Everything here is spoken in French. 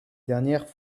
dernières